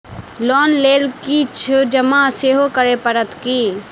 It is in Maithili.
लोन लेल किछ जमा सेहो करै पड़त की?